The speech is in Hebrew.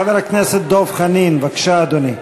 חבר הכנסת דב חנין, בבקשה, אדוני.